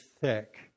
thick